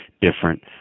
different